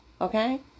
Okay